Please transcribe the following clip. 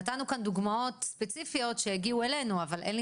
נתנו כאן דוגמאות ספציפיות שהגיעו אלינו אבל אין לי